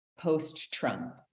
post-Trump